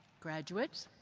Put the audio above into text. graduates.